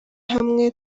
hamwe